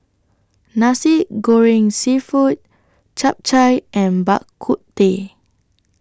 Nasi Goreng Seafood Chap Chai and Bak Kut Teh